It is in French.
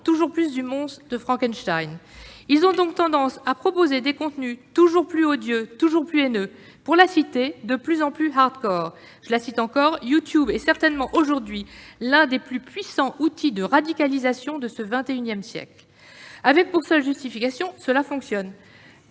toujours plus du monstre de Frankenstein. Ils ont donc tendance à proposer des contenus toujours plus odieux, haineux, « de plus en plus hardcore ». Selon cette sociologue, « YouTube est certainement aujourd'hui l'un des plus puissants outils de radicalisation de ce XXI siècle », avec une seule justification : cela fonctionne